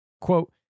Quote